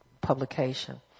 publication